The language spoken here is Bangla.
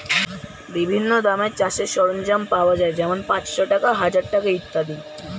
বিভিন্ন দামের চাষের সরঞ্জাম পাওয়া যায় যেমন পাঁচশ টাকা, হাজার টাকা ইত্যাদি